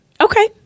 okay